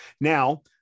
Now